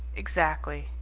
exactly!